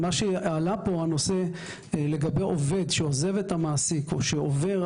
שעלה פה לגבי עובד שעוזב את המעסיק או שעובר,